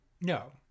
no